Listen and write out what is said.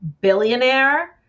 billionaire